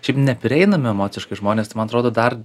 šiaip neprieinami emociškai žmonės tai man atrodo dar